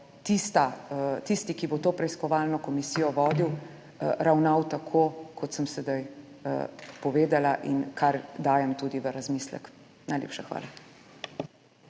tisti, ki bo to preiskovalno komisijo vodil, ravnal tako, kot sem sedaj povedala in kar dajem tudi v razmislek. Najlepša hvala.